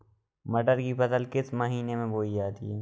मटर की फसल किस महीने में बोई जाती है?